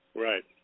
Right